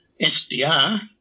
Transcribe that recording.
SDR